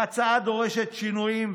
ההצעה דורשת שינויים,